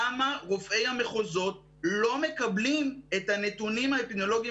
למה רופאי המחוזות לא מקבלים את הנתונים האפידמיולוגיים